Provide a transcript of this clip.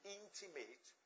intimate